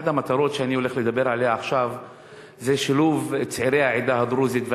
אחת המטרות שאני הולך לדבר עליה עכשיו זה שילוב צעירי העדה הדרוזית,